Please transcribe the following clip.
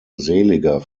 seliger